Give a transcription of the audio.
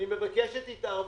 אני מבקש את התערבותך.